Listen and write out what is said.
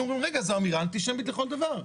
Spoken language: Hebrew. היינו אומרים רגע, זו אמירה אנטישמית לכל דבר.